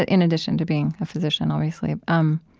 ah in addition to being a physician, obviously. i'm